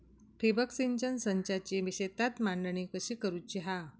ठिबक सिंचन संचाची शेतात मांडणी कशी करुची हा?